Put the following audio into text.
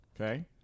Okay